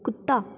ਕੁੱਤਾ